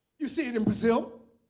you see it in brazil.